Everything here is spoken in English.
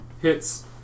hits